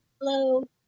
Hello